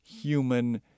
human